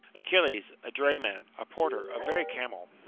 achilles? a drayman, a porter, a very camel!